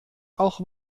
auch